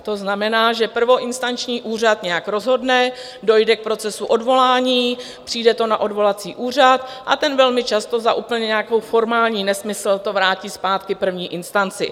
To znamená, že prvoinstanční úřad nějak rozhodne, dojde k procesu odvolání, přijde to na odvolací úřad a ten velmi často za úplně nějaký formální nesmysl to vrátí zpátky první instanci.